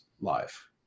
Life